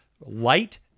light